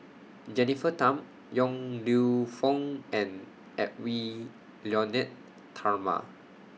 Jennifer Tham Yong Lew Foong and Edwy Lyonet Talma